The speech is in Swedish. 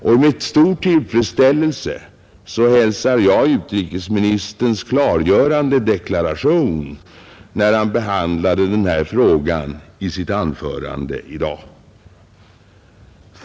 Och med stor tillfredsställelse hälsar jag utrikesministerns klargörande deklaration, när han behandlade den här frågan i sitt anförande i dag.